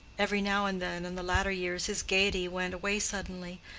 every now and then in the latter years his gaiety went away suddenly,